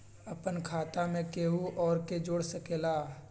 अपन खाता मे केहु आर के जोड़ सके ला?